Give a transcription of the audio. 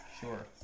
sure